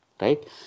Right